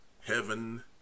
heaven